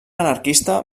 anarquista